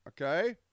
Okay